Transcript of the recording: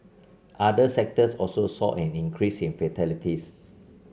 other sectors also saw an increase in fatalities